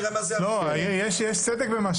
לא, יש צדק במה שהוא אומר.